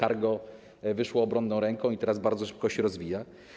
Cargo wyszło obronną ręką i teraz bardzo szybko się rozwija.